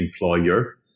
employer